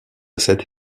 cette